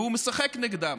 והוא משחק נגדם.